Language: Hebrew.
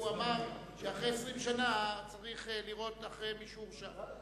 הוא אמר שאחרי 20 שנה צריך לראות מי שהורשע.